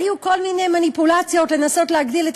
היו כל מיני מניפולציות לנסות להגדיל את